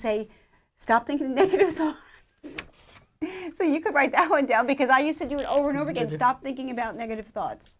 say stop thinking so you can write that one down because i used to do it over and over again without thinking about negative thoughts